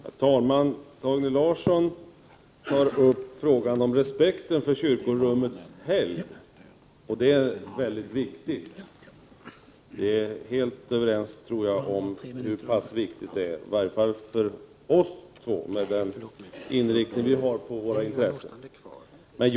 Herr talman! Torgny Larsson tar upp frågan om respekten för kyrkorummets helgd, och detta är mycket viktigt. Jag tror att Torgny Larsson och jag är helt överens om hur pass viktig den frågan är, åtminstone för oss två med vår intresseinriktning.